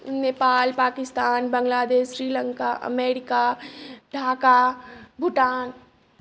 Nepal Pakistan Bangladesh Sri Lanka America Dhaka Bhutan